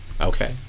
okay